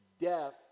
death